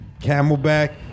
Camelback